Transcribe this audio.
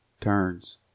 turns